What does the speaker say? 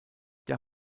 der